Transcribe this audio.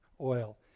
oil